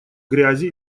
грязи